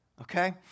Okay